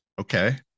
okay